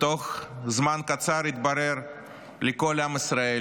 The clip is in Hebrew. ובתוך זמן קצר התברר לכל עם ישראל